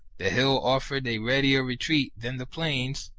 the hill offered a readier retreat than the plains,